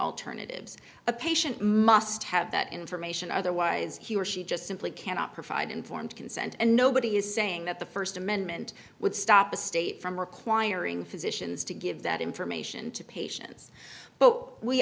alternatives a patient must have that information otherwise he or she just simply cannot provide informed consent and nobody is saying that the first amendment would stop a state from requiring physicians to give that information to patients but we